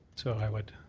so i would